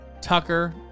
Tucker